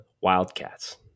Wildcats